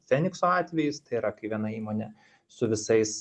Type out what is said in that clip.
fenikso atvejis tai yra kai viena įmonė su visais